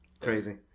Crazy